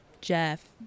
jeff